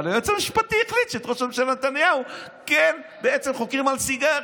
אבל היועץ המשפטי החליט שאת ראש הממשלה נתניהו כן חוקרים על סיגרים.